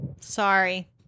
Sorry